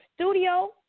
studio